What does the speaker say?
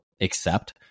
accept